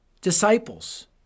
disciples